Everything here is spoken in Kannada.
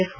ಎಫ್